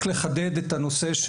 רק לחדד את הנושא,